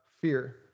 fear